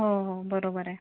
हो हो बरोबर आहे